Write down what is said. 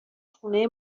خونه